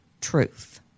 truth